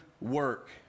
work